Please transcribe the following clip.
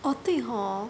oh 对 hor